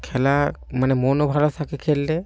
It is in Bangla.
খেলা মানে মনও ভালো থাকে খেললে